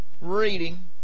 reading